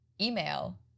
email